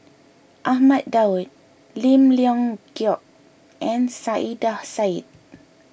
Ahmad Daud Lim Leong Geok and Saiedah Said